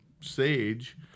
sage